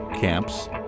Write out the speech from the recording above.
camps